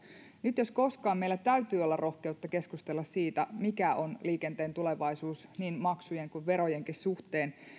nyt jos koskaan meillä täytyy olla rohkeutta keskustella siitä mikä on liikenteen tulevaisuus niin maksujen kuin verojenkin suhteen